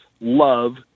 love